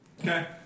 Okay